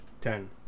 Ten